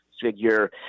figure